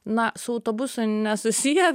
na su autobusu nesusiję